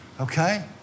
Okay